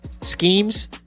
schemes